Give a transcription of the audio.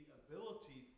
ability